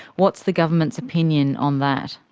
what's the government's opinion on that?